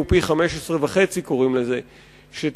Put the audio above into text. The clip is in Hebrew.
קוראים לזה 15.5 COP,